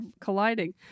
colliding